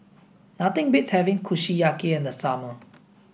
nothing beats having Kushiyaki in the summer